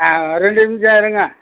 ஆ ரெண்டு நிமிஷம் இருங்க